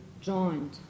joined